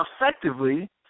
effectively